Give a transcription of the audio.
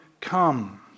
come